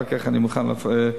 אחר כך אני מוכן לפרט.